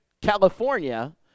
California